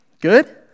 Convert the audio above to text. Good